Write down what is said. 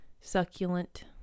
succulent